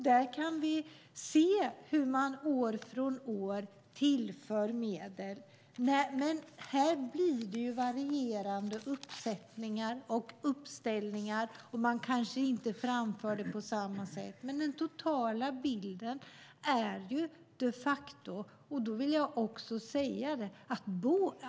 Där kan vi se hur man från år till år tillför medel, men det blir ju varierande uppsättningar och uppställningar - man kanske inte framför det på samma sätt. Den totala bilden är de facto sådan.